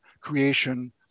creation